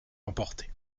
emportait